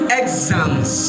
exams